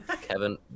Kevin